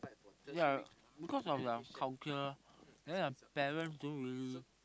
ya because of their culture then their parents don't really